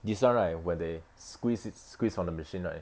this [one] right when they squeezed it's squeezed on the machine right